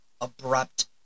abrupt